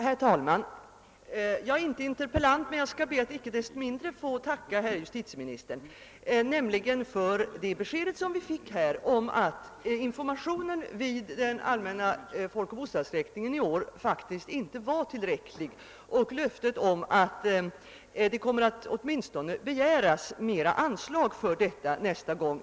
Herr talman! Jag är inte interpellant man skall icke desto mindre be att få tacka herr justitieministern för det besked som vi fick om att informationen vid den allmänna folkoch bostadsräkningen i år faktiskt inte var tillräcklig och för löftet om att det åtminstone kommer att begäras mera anslag för information nästa gång.